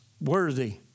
worthy